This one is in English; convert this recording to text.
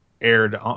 aired